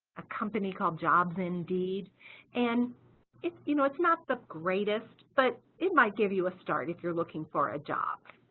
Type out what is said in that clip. a company called jobs indeed and it's you know it's not the greatest but it might give you a start if you're looking for a job